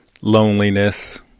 loneliness